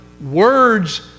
words